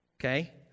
Okay